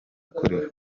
ukorera